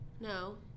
No